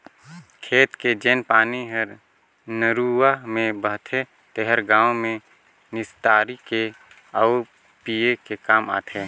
खेत के जेन पानी हर नरूवा में बहथे तेहर गांव में निस्तारी के आउ पिए के काम आथे